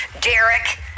Derek